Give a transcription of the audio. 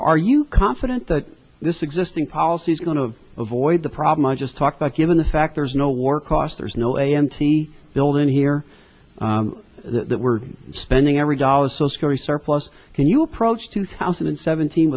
are you confident that this existing policy is going to avoid the problem i just talked that given the fact there's no war cost there's no a m t build in here that we're spending every dollar so scary surplus can you approach two thousand and seventeen